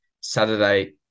Saturday